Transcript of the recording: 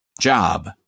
job